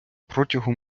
протягом